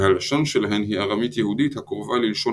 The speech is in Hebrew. והלשון שלהן היא ארמית-יהודית הקרובה ללשון